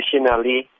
Additionally